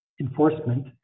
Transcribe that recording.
enforcement